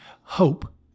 hope